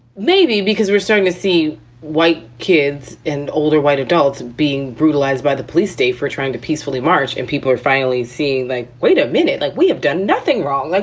maybe because we're starting to see white kids and older white adults being brutalized by the police state for trying to peacefully march. and people are finally seeing that. like wait a minute. like we have done nothing wrong. like